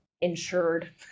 insured